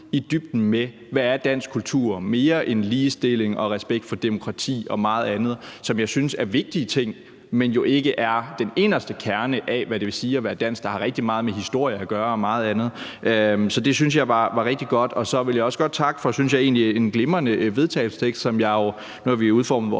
i dybden med, hvad dansk kultur er mere end ligestilling og respekt for demokrati og meget andet, som jeg synes er vigtige ting, men jo ikke er den inderste kerne af, hvad det vil sige at være dansk, hvilket har rigtig meget med historie at gøre og meget andet. Så det synes jeg var rigtig godt. Så vil jeg også godt takke for en, synes jeg egentlig, glimrende vedtagelsestekst. Nu har vi udformet vores